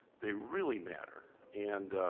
they really matter. and